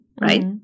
Right